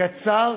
קצר,